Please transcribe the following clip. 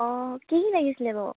অঁ কি কি লাগিছিলে বাৰু